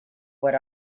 what